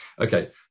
Okay